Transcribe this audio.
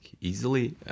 easily